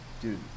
Dude